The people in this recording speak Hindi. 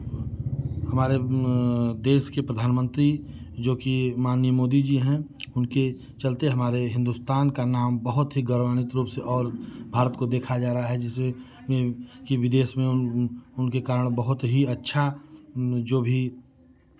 हमारे देश के प्रधानमंत्री जो कि माननीय मोदी जी हैं उनके चलते हमारे हिंदुस्तान का नाम बहुत ही गौरवान्वित रूप से और भारत को देखा जा रहा है जिसे में कि विदेश में उन उनके कारण बहुत ही अच्छा जो भी